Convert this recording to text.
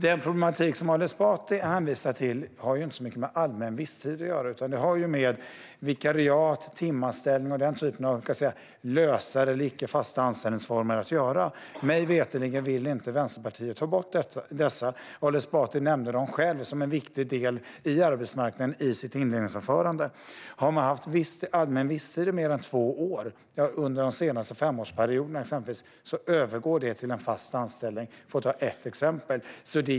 Den problematik som Ali Esbati hänvisar till har inte så mycket med allmän visstid att göra, utan den har med vikariat och timanställningar och den typen av lösare eller icke fasta anställningsformer att göra. Mig veterligen vill inte Vänsterpartiet ta bort dessa, och Ali Esbati nämnde dem själv som viktiga delar av arbetsmarknaden i sitt inledningsanförande. Har man haft allmän visstid i mer än två år under den senaste femårsperioden övergår det till en fast anställning för att ta ett exempel.